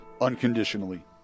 unconditionally